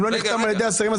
אם לא נחתם על ידי השרים,